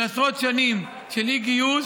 עשרות שנים, של אי-גיוס,